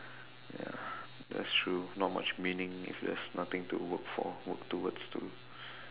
ya that's true not much meaning if there's nothing to work for work towards to